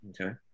Okay